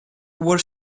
were